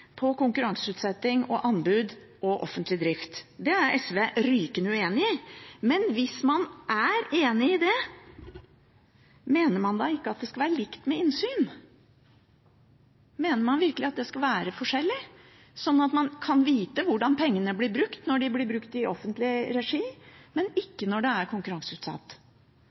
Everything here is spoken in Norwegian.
på konkurranseutsetting og anbud og offentlig drift. Det er SV rykende uenig i. Men hvis man er enig i det, mener man da ikke at det skal være likt med innsyn? Mener man virkelig at det skal være forskjellig – slik at man kan vite hvordan pengene blir brukt når de blir brukt i offentlig regi, men ikke når det er konkurranseutsatt?